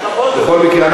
בכל מקרה,